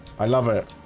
i love it